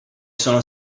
sono